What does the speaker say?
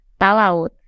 Talaut